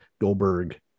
Goldberg